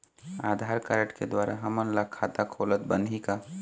आधार card के द्वारा हमन ला खाता खोलत बनही का?